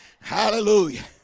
Hallelujah